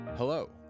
Hello